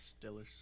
Stillers